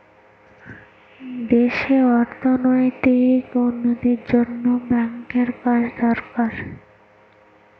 দেশে অর্থনৈতিক উন্নতির জন্য ব্যাঙ্কের কাজ দরকার